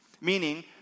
meaning